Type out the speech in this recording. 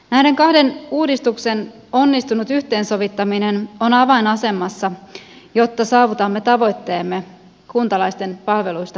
näiden kahden uudistuksen onnistunut yhteensovittaminen on avainasemassa jotta saavutamme tavoitteemme kuntalaisten palveluista huolehtimisen